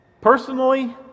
Personally